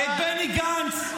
את בני גנץ?